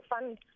fund